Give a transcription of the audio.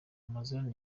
amazon